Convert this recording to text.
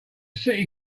city